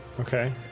Okay